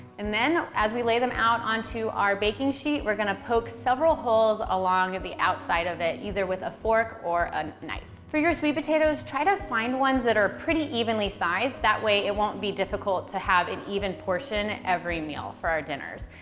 and then as we lay them out onto our baking sheet, we're gonna poke several holes along the outside of it, either with a fork or a knife. for your sweet potatoes, try to find ones that are pretty evenly sized. that way it won't be difficult to have an even portion every meal for our dinners.